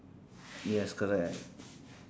yes correct